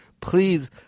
please